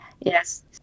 yes